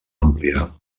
àmplia